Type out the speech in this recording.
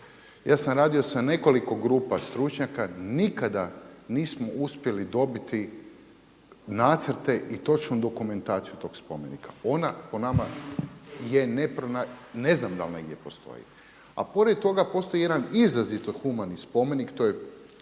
Ja sam radio sa nekoliko grupa stručnjaka, nikada nismo uspjeli dobiti nacrte i točnu dokumentaciju tog spomenika. Ona po nama je, ne znam dal' negdje postoji. A pored toga postoji jedan izrazito humani spomenik, to je